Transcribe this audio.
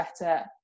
better